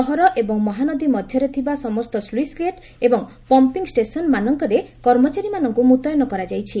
ସହର ଏବଂ ମହାନଦୀ ମଧ୍ଧରେ ଥିବା ସମସ୍ତ ସ୍କୁଇସ୍ ଗେଟ୍ ଏବଂ ପମ୍ମିଂ ଷ୍ଟେସନମାନଙ୍କରେ କର୍ମଚାରୀମାନଙ୍କୁ ମୁତୟନ କରାଯାଇଛି